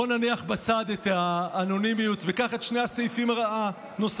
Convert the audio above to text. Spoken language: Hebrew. בוא נניח בצד את האנונימיות וקח את שני הסעיפים הנוספים,